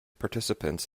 participants